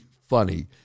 funny